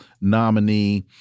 nominee